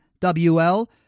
WL